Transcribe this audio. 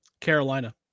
carolina